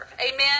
Amen